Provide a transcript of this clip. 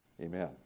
Amen